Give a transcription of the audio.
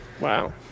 Wow